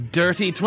dirty